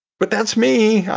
but that's me.